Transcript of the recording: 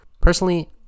Personally